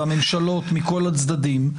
והממשלות מכל הצדדים,